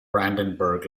brandenburg